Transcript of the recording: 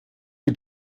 die